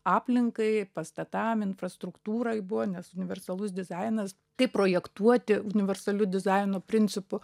aplinkai pastatam infrastruktūrai buvo nes universalus dizainas kaip projektuoti universaliu dizainu principu